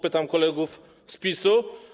Pytam kolegów z PiS-u.